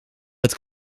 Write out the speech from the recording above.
het